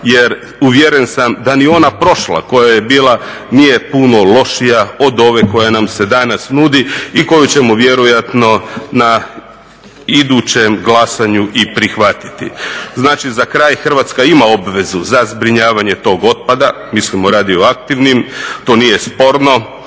jer uvjeren sam da ni ona prošla koja je bila nije puno lošija koja nam se danas nudi i koju ćemo vjerojatno na idućem glasanju i prihvatiti. Znači, za kraj, Hrvatska ima obvezu za zbrinjavanje tog otpada, mislim o radioaktivnim, to nije sporno,